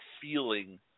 feeling